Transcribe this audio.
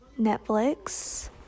Netflix